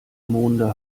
monde